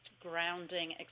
grounding